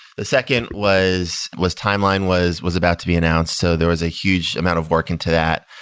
the second was was timeline was was about to be announced, so there was a huge amount of work into that.